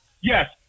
Yes